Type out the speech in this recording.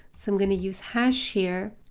so i'm going to use hash here,